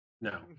No